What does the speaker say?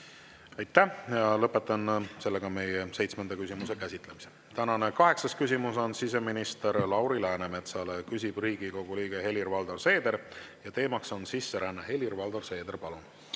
Aitäh! Lõpetan meie seitsmenda küsimuse käsitlemise. Tänane kaheksas küsimus on siseminister Lauri Läänemetsale, küsib Riigikogu liige Helir-Valdor Seeder ja teema on sisseränne. Helir-Valdor Seeder, palun!